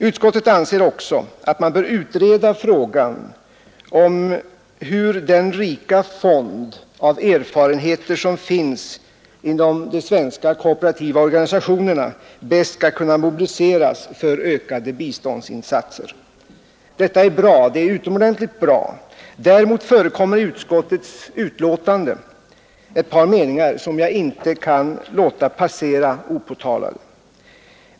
Utskottet anser också, att ”man bör utreda frågan hur den rika fond av erfarenheter som finns inom de svenska kooperativa organisationerna bäst skall kunna mobiliseras för ökade biståndsinsatser”. Detta är bra, det är utomordentligt bra. Däremot förekommer i utskottets betänkande ett par meningar som jag inte kan låta passera opåtalade.